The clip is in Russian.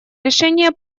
решение